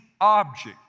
object